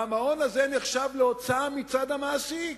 והמעון הזה נחשב להוצאה מצד המעסיק.